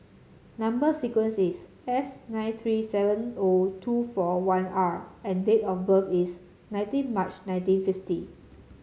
number sequence is S nine three seven O two four one R and date of birth is nineteen March nineteen fifty